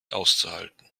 auszuhalten